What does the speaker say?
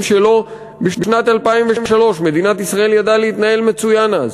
שלו בשנת 2003. מדינת ישראל ידעה להתנהל מצוין אז.